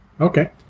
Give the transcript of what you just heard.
Okay